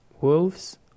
wolves